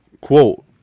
quote